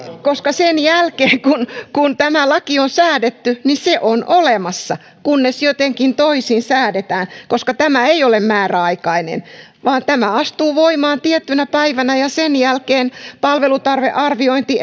koska sen jälkeen kun kun tämä laki on säädetty se on olemassa kunnes jotenkin toisin säädetään koska tämä ei ole määräaikainen vaan tämä astuu voimaan tiettynä päivänä ja sen jälkeen esimerkiksi palvelutarvearviointi